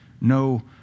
No